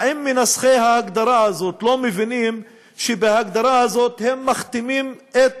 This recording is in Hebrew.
האם מנסחי ההגדרה הזאת לא מבינים שבהגדרה הזאת הם מכתימים את